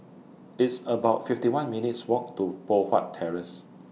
It's about fifty one minutes' Walk to Poh Huat Terrace